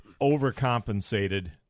overcompensated